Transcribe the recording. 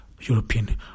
European